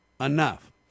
enough